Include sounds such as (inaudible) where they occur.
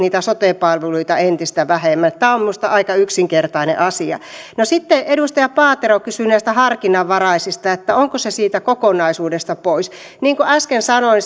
sote palveluita entistä vähemmän tämä on minusta aika yksinkertainen asia sitten edustaja paatero kysyi näistä harkinnanvaraisista onko se siitä kokonaisuudesta pois niin kuin äsken sanoin (unintelligible)